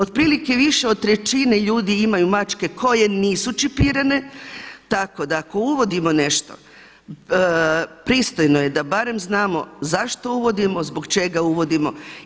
Otprilike više od trećine ljudi imaju mačke koje nisu čipirane tako da ako uvodimo nešto, pristojno je da barem znamo zašto uvodimo, zbog čega uvodimo.